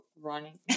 running